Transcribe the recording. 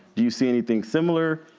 do you see anything similar